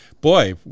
Boy